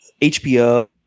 HBO